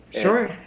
Sure